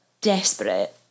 desperate